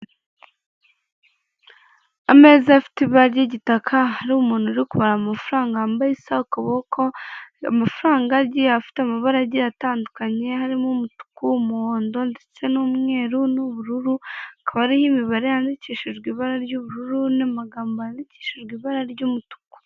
Ameza afite ibara ry'igitaka hari umuntu uri kuba mu amafaranga yambaye isaha ku kuboko amafaranga agiye afite amabara atandukanye harimo umutu, umuhondo ndetse n'umweru n'ubururu hakaba hariho imibare yandikishijwe ibara ry'ubururu n'amagambo yandikishijwe ibara ry'umutuku.